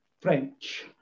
French